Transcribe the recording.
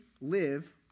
live